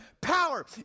power